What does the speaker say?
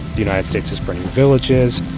the united states is burning villages